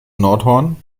nordhorn